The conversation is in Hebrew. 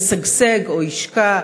ישגשג או ישקע,